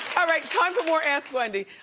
ah right, time for more ask wendy.